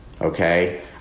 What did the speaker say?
Okay